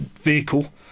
vehicle